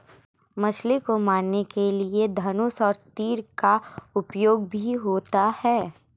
मछली को मारने के लिए धनुष और तीर का उपयोग भी होता है